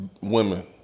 women